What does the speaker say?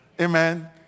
Amen